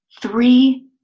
three